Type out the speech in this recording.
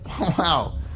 wow